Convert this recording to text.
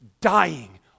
dying